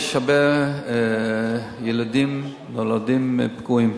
יש שם הרבה ילדים שנולדים פגועים,